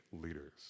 leaders